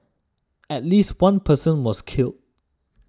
at least one person was killed